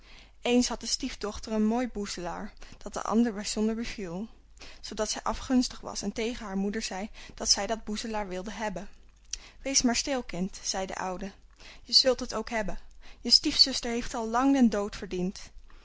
eens had de stiefdochter een mooi boezelaar dat de andere bijzonder beviel zoodat zij afgunstig was en tegen haar moeder zei dat zij dat boezelaar wilde hebben wees maar stil kind zei de oude je zult het ook hebben je stiefzuster heeft al lang den dood verdiend